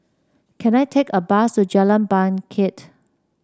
can I take a bus to Jalan Bangket